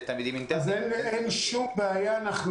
אז אין שום בעיה עידן,